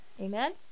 Amen